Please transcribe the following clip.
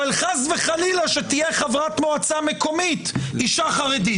אבל חס וחלילה שתהיה חברת מועצה מקומית שהיא אישה חרדית.